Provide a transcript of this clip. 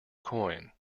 coin